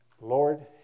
Lord